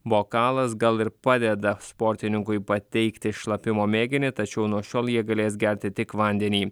bokalas gal ir padeda sportininkui pateikti šlapimo mėginį tačiau nuo šiol jie galės gerti tik vandenį